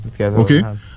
Okay